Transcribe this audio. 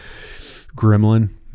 gremlin